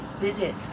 visit